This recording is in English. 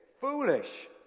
foolish